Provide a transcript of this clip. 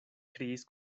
kriis